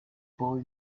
boy